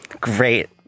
Great